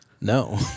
No